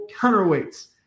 counterweights